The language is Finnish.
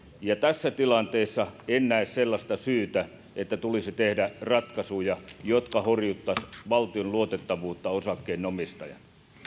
tässä tilanteessa en näe sellaista syytä että tulisi tehdä ratkaisuja jotka horjuttaisivat valtion luotettavuutta osakkeenomistajana